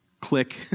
click